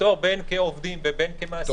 בין כעובדים ובין כמעסיקים וכן הלאה וכן